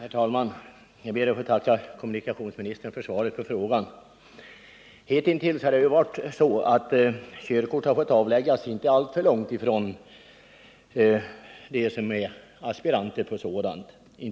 Herr talman! Jag ber att få tacka kommunikationsministern för svaret på frågan. Hitintills har aspiranter på körkort fått avlägga körkortsprov inte